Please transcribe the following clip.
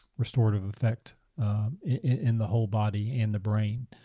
restorative effect in the whole body, in the brain.